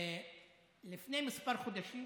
לפני כמה חודשים